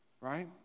right